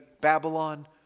Babylon